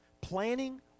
planning